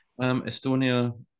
Estonia